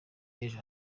y’ejo